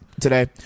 today